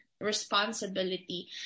responsibility